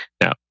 Now